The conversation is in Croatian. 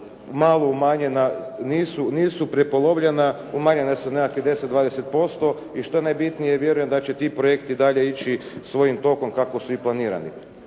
malo umanjena nisu prepolovljena umanjena su nekakvih 10, 20% i što je najbitnije vjerujem da će ti projekti dalje ići svojim tokom kako su i planirani.